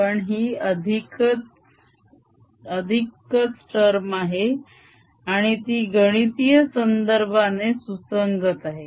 पण ही अधिकच टर्म आहे आणि ती गणितीय संदर्भाने सुसंगत आहे